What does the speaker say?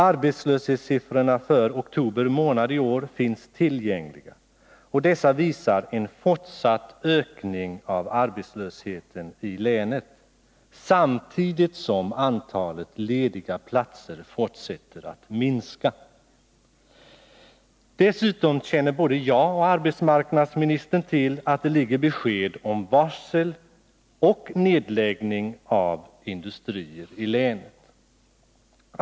Arbetslöshetssiffrorna för oktober månad i år finns tillgängliga, och dessa visar en fortsatt ökning av arbetslösheten i länet samtidigt som antalet lediga platser fortsätter att minska. Dessutom känner både arbetsmarknadsministern och jag till att det ligger besked om varsel och nedläggningar av industrier i länet.